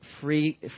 free